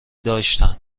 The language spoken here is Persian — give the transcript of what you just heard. داشتن